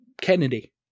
Kennedy